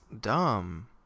dumb